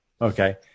okay